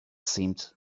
seemed